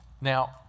Now